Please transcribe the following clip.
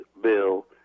bill